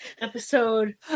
Episode